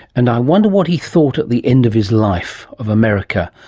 and i wonder what he thought at the end of his life of america,